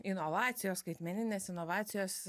inovacijos skaitmeninės inovacijos